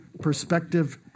perspective